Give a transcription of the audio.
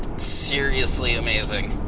seriously amazing.